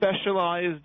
specialized